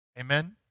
Amen